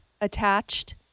attached